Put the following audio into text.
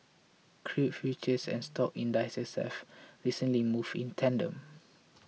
crude futures and stock indices have recently moved in tandem